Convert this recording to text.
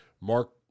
mark